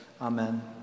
Amen